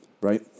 right